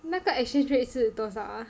那个 exchange rate 是多少 ah